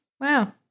Wow